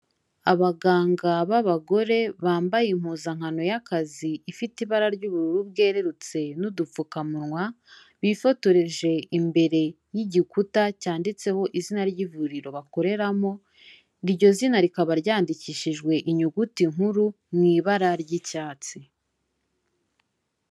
Abaganga b'abagore bambaye impuzankano y'akazi ifite ibara ry'ubururu bwerurutse n'udupfukamunwa, bifotoreje imbere y'igikuta cyanditseho izina ry'ivuriro bakoreramo, iryo zina rikaba ryandikishijwe inyuguti nkuru mu ibara ry'icyatsi.